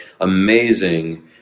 amazing